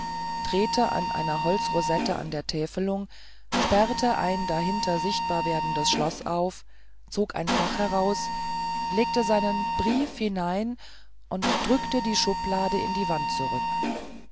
drehte an einer holzrosette an der täfelung sperrte ein dahinter sichtbar werdendes schloß auf zog ein fach heraus legte seinen brief hinein und drückte die schublade in die wand zurück